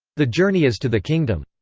the journey is to the kingdom.